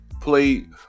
played